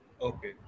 Okay